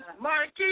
Mikey